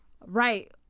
Right